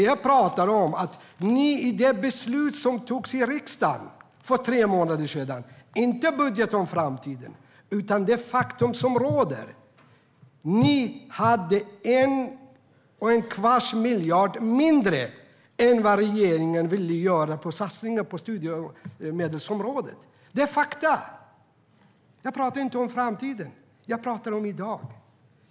Jag pratar om att ni i det beslut som fattades i riksdagen för tre månader sedan - inte budgeten om framtiden - hade 1 1⁄4 miljard mindre än vad regeringen ville satsa på studiemedelsområdet. Det är fakta! Jag pratar inte om framtiden, utan jag pratar om i dag.